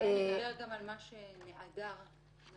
אולי נדבר גם על מה שנעדר מהסעיף.